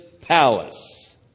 palace